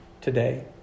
today